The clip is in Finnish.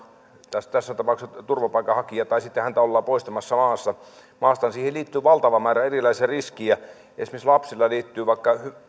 tässä tapauksessa turvapaikanhakija tai sitten häntä ollaan poistamassa maasta niin siihen liittyy valtava määrä erilaisia riskejä esimerkiksi lapsiin liittyy vaikka